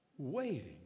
Waiting